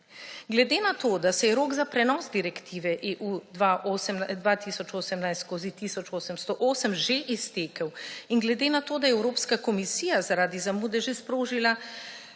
Glede na to, da se je rok za prenos Direktive EU 2018/1808 že iztekel, in glede na to, da je Evropska komisija zaradi zamude že sprožila